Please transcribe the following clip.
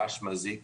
רעש מזיק וכדומה.